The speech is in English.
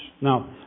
Now